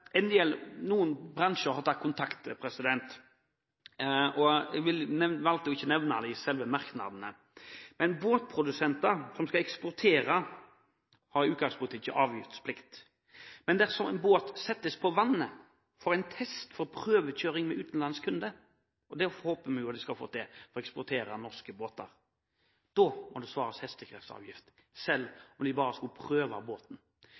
Noen bransjer har tatt kontakt. Jeg valgte ikke å nevne dem i selve merknadene, men båtprodusenter som skal eksportere, har i utgangspunktet ikke avgiftsplikt. Men dersom en båt settes på vannet for en test, for en prøvekjøring med en utenlandsk kunde – og det håper vi at vi skal få til for å eksportere norske båter – må det svares hk-avgift, selv om de bare skal prøve båten.